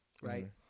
right